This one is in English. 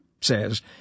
says –